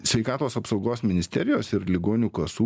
sveikatos apsaugos ministerijos ir ligonių kasų